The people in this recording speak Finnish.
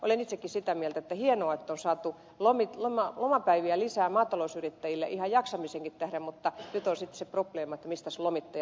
olen itsekin sitä mieltä että on hienoa että on saatu lomapäiviä lisää maatalousyrittäjille ihan jaksamisenkin tähden mutta nyt on sitten se probleema mistäs lomittajat